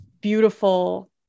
beautiful